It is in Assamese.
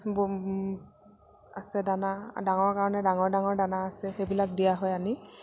আছে দানা ডাঙৰ কাৰণে ডাঙৰ ডাঙৰ দানা আছে সেইবিলাক দিয়া হয় আনি